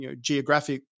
geographic